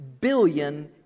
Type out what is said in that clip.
billion